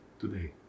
today